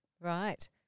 Right